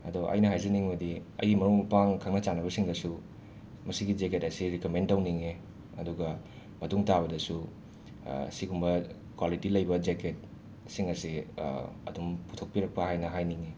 ꯑꯗꯣ ꯑꯩꯅ ꯍꯥꯏꯖꯅꯤꯡꯕꯗꯤ ꯑꯩꯒꯤ ꯃꯔꯨꯞ ꯃꯄꯥꯡ ꯈꯪꯅ ꯆꯥꯟꯅꯕꯁꯤꯡꯗꯁꯨ ꯃꯁꯤꯒꯤ ꯖꯦꯛꯀꯦꯠ ꯑꯁꯤ ꯔꯤꯀꯃꯦꯟ ꯇꯧꯅꯤꯡꯉꯦ ꯑꯗꯨꯒ ꯃꯇꯨꯡ ꯇꯥꯕꯗꯁꯨ ꯁꯤꯒꯨꯝꯕ ꯀ꯭ꯋꯥꯂꯤꯇꯤ ꯂꯩꯕ ꯖꯦꯛꯀꯦꯠꯁꯤꯡ ꯑꯁꯦ ꯑꯗꯨꯝ ꯄꯨꯊꯣꯛꯄꯤꯔꯛꯄ ꯍꯥꯏꯅ ꯍꯥꯏꯅꯤꯡꯉꯤ